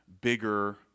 bigger